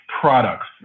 products